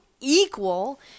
equal